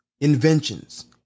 inventions